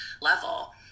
level